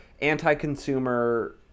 anti-consumer